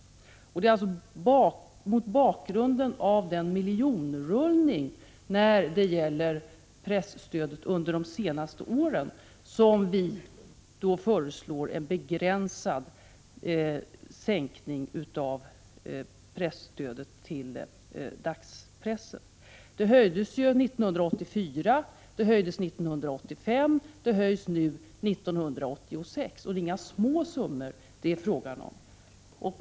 Det är alltså mot bakgrund av den miljonrullningen när det gäller presstödet under de senaste åren som vi föreslår en begränsad sänkning av stödet till dagspressen. Det höjdes ju 1984. Det höjdes 1985 och det höjs nu 1986. Och det är inga små summor det gäller.